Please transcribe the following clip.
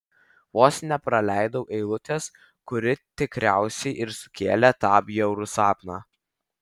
vos nepraleidau eilutės kuri tikriausiai ir sukėlė tą bjaurų sapną